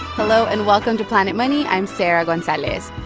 hello, and welcome to planet money. i'm sarah gonzalez.